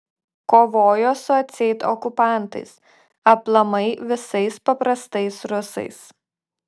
kovojo su atseit okupantais aplamai visais paprastais rusais